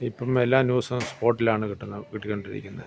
ഇപ്പം എല്ലാ ന്യൂസും സ്പോട്ടിലാണ് കിട്ടുന്നത് കിട്ടിക്കൊണ്ടിരിക്കുന്നത്